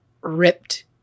ripped